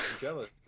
Jealous